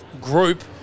group